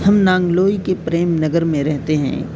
ہم نانگلوئی کے پریم نگر میں رہتے ہیں